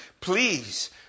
please